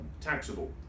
taxable